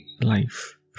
life